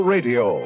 Radio